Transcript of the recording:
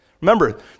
Remember